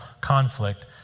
conflict